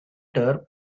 term